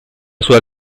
sua